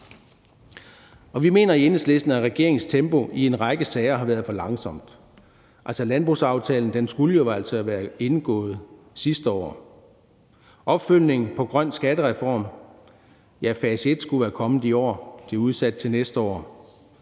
Vi mener i Enhedslisten, at regeringens tempo i en række sager har været for langsomt. Landbrugsaftalen skulle jo altså have være indgået sidste år. I opfølgningen på en grøn skattereform skulle fase 1 være kommet i år, og det er udsat til næste år.